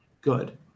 good